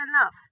enough